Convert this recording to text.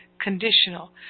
conditional